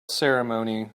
ceremony